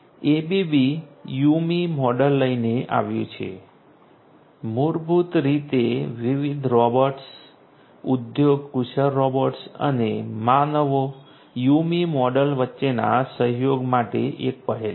ABB YuMi model લઈને આવ્યું છે જે મૂળભૂત રીતે વિવિધ રોબોટ્સ ઉદ્યોગ કુશળ રોબોટ્સ અને માનવો YuMi મૉડલ વચ્ચેના સહયોગ માટે એક પહેલ છે